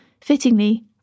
Fittingly